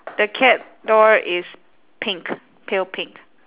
the cat door is pink pale pink